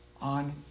on